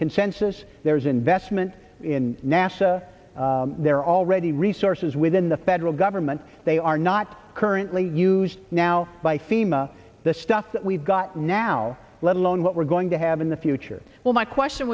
consensus there is investment in nasa there are already resources within the federal government they are not currently used now by fema the stuff that we've got now let alone what we're going to have in the future well my question